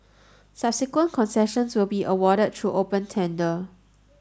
subsequent concessions will be awarded through open tender